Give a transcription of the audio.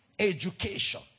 education